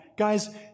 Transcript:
Guys